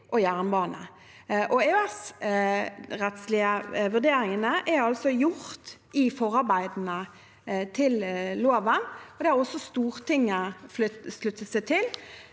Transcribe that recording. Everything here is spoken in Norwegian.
og jernbane.» De EØS-rettslige vurderingene er altså gjort i forarbeidene til loven, og det har også Stortinget sluttet seg til.